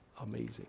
amazing